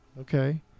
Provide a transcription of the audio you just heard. Okay